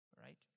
Right